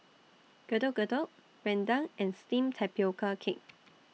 Getuk Getuk Rendang and Steamed Tapioca Cake